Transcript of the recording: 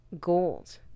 gold